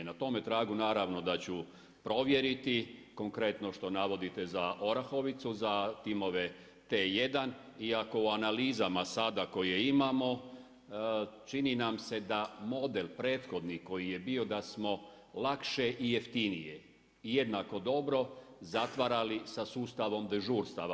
Na tome tragu, naravno da ću provjeriti konkretno, što navodite za Orahovicu, za timove T1 i ako u analizama sada koje imamo, čini nam se da modem prethodni koji je bio, da smo lakše i jeftinije i jednako dobro zatvarali sa sustavom dežurstava.